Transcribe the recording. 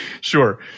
sure